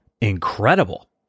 incredible